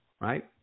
right